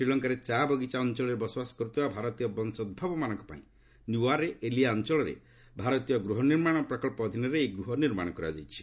ଶ୍ରୀଲଙ୍କାରେ ଚା' ବଗିଚା ଅଞ୍ଚଳରେ ବସବାସ କରୁଥିବା ଭାରତୀୟ ବଂଶୋଭବମାନଙ୍କପାଇଁ ନ୍ତୱାରେ ଏଲିୟା ଅଞ୍ଚଳରେ ଭାରତୀୟ ଗୃହ ନିର୍ମାଣ ପ୍ରକଳ୍ପ ଅଧୀନରେ ଏହି ଗୃହ ନିର୍ମାଣ କରାଯାଇଛି